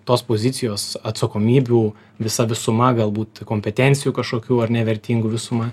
tos pozicijos atsakomybių visa visuma galbūt kompetencijų kažkokių ar ne vertingų visuma